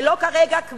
ולא כרגע,